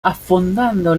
affondando